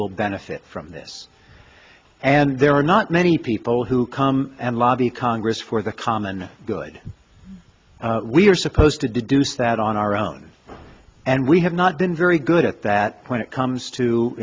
will benefit from this and there are not many people who come and lobby congress for the common good we are supposed to deduce that on our own and we have not been very good at that point it comes to